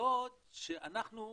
בעוד שאנחנו מחשבים,